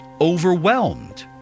overwhelmed